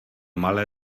malé